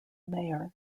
mayor